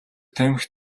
тамхи